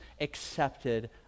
accepted